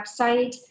website